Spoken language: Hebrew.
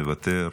מוותר,